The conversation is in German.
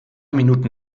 minuten